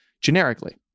generically